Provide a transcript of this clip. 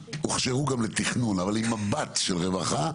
הוכשרו גם לתכנון אבל עם מבט של רווחה,